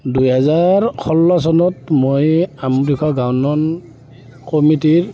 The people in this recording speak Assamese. দুই হেজাৰ ষোল্ল চনত মই কমিটিৰ